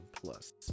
Plus